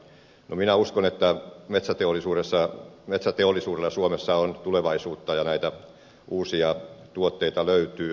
no minä uskon että metsäteollisuudella suomessa on tulevaisuutta ja näitä uusia tuotteita löytyy